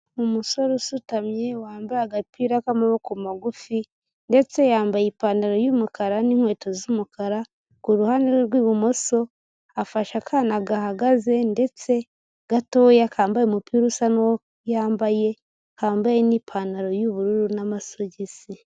Umusore usutamye wambaye agapira k'amaboko magufi ndetse yambaye ipantaro y'umukara n'inkweto z'umukara, kuruhande rwe rw'ibumoso afashe akana gahagaze ndetse gatoya kambaye umupira usa nuwo yambaye kambaye ni'ipantaro y'ubururu n'amagisi.